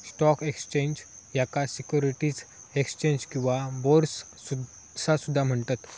stock exchange, याका securities exchange किंवा bourse असा सुद्धा म्हणतत